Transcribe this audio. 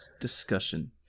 discussion